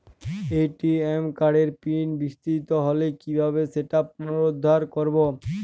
ATM কার্ডের pin বিস্মৃত হলে কীভাবে সেটা পুনরূদ্ধার করব?